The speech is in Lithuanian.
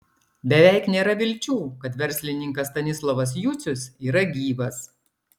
beveik nėra vilčių kad verslininkas stanislovas jucius yra gyvas